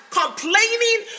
complaining